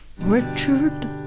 Richard